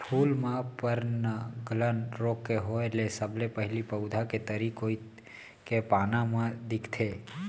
फूल म पर्नगलन रोग के होय ले सबले पहिली पउधा के तरी कोइत के पाना म दिखथे